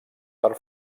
per